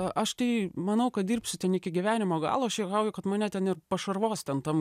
aš tai manau kad dirbsiu ten iki gyvenimo galo aš juokauju kad mane ten ir pašarvos ten tam